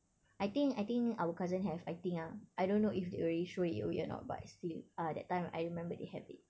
I think I think our cousin have I think ah I don't know if they already throw it away or not but still uh that time I remember they have it